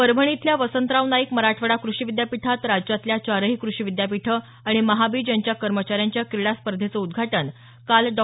परभणी इथल्या वसंतराव नाईक मराठवाडा कृषी विद्यापीठात राज्यातल्या चारही क्रषी विद्यापीठं आणि महाबीज यांच्या कर्मचाऱ्यांच्या क्रीडा स्पर्धेचं उद्घाटन काल डॉ